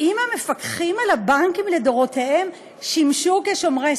האם המפקחים על הבנקים לדורותיהם שמשו כשומרי